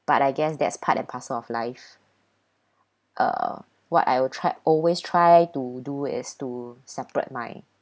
but I guess that's part and parcel of life uh what I will try always try to do is to separate my